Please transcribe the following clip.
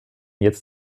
jetzt